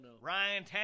Ryan